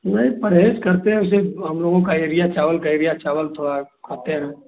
नहीं परहेज़ करते हैं वैसे हम लोगों का एरिया चावल का एरिया चावल थोड़ा खाते हैं